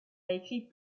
écrit